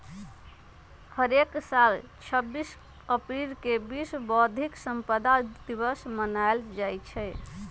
हरेक साल छब्बीस अप्रिल के विश्व बौधिक संपदा दिवस मनाएल जाई छई